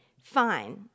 fine